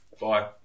Bye